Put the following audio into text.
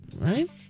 Right